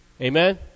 Amen